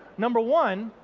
number one,